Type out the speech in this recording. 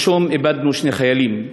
שלשום איבדנו שני חיילים,